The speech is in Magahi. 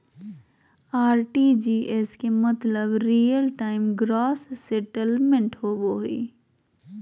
आर.टी.जी.एस के मतलब रियल टाइम ग्रॉस सेटलमेंट होबो हय